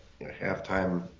halftime